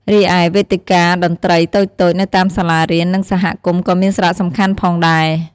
រីឯវេទិកាតន្ត្រីតូចៗនៅតាមសាលារៀន និងសហគមន៍ក៏មានសារៈសំខាន់ផងដែរ។